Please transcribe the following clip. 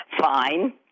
fine